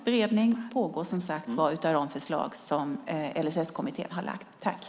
Beredning pågår som sagt av de förslag som LSS-kommittén har lagt fram.